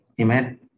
Amen